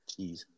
Jeez